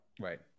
Right